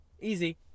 Easy